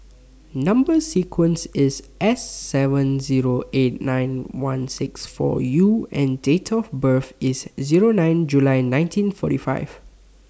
Number sequence IS S seven Zero eight nine one six four U and Date of birth IS Zero nine July nineteen forty five